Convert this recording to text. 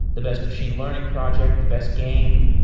the best machine learning project, the best game.